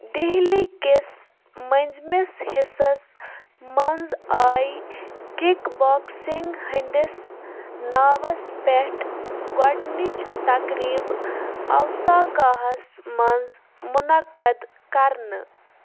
دہلی کِس مٔنٛزۍمِس حِصَس منٛز آیہِ کِک بۄکسِنٛگ ہٕنٛدِس ناوَس پٮ۪ٹھ گۄڈنِچ تقریٖبہٕ اوساکاہَس منٛز مُنعقد کَرنہٕ